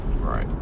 Right